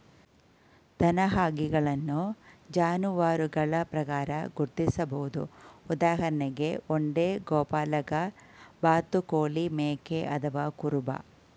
ದನಗಾಹಿಗಳನ್ನು ಜಾನುವಾರುಗಳ ಪ್ರಕಾರ ಗುರ್ತಿಸ್ಬೋದು ಉದಾಹರಣೆಗೆ ಒಂಟೆ ಗೋಪಾಲಕ ಬಾತುಕೋಳಿ ಮೇಕೆ ಅಥವಾ ಕುರುಬ